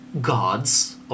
gods